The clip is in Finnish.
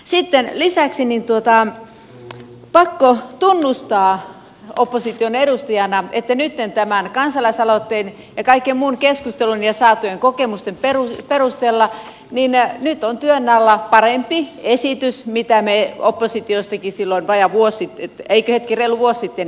sitten lisäksi pakko tunnustaa opposition edustajana että nytten tämän kansalaisaloitteen ja kaiken muun keskustelun ja saatujen kokemusten perusteella on työn alla parempi esitys kuin mitä me oppositiostakin silloin reilu vuosi sitten esitimme